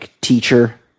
teacher